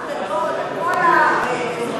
בוועדת החוקה, האח הגדול על כל האזרחים.